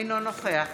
אינו נוכח